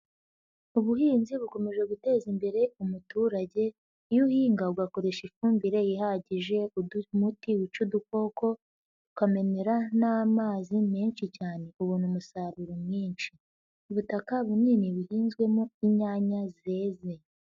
Ubuhinzi bukomeje guteza imbere umuturage, iyo uhinga ugakoresha ifumbire ihagije ugatera umuti wica udukoko, ukamemera n'amazi menshi cyane, ubona umusaruro mwinshi. Ubutaka bunini buhinzwemo inyanya zeze.